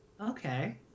Okay